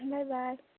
bye bye